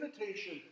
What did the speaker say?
invitation